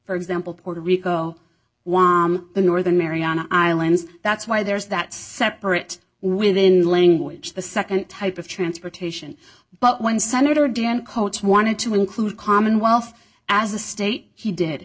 for example puerto rico the northern mariana islands that's why there's that separate within language the nd type of transportation but when senator dan coats wanted to include commonwealth as a state he did